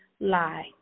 lie